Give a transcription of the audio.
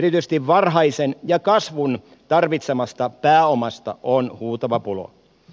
erityisesti varhaisesta ja kasvun tarvitsemasta pääomasta on huutava pula